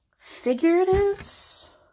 figuratives